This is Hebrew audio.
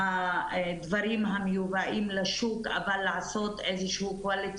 הדברים המיובאים לשוק אבל לעשות איזה שהוא בקרת